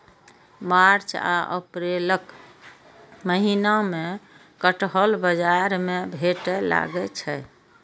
मार्च आ अप्रैलक महीना मे कटहल बाजार मे भेटै लागै छै